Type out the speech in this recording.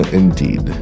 indeed